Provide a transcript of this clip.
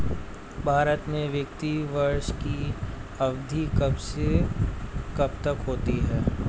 भारत में वित्तीय वर्ष की अवधि कब से कब तक होती है?